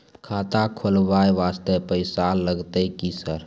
खाता खोलबाय वास्ते पैसो लगते की सर?